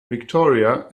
victoria